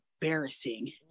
embarrassing